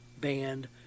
band